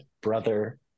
brother